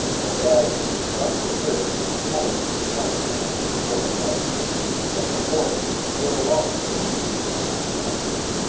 the wagon had crossed the bridge and halted in front of them so suddenly that the horse slid along for a pace upon his haunches.